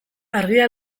argia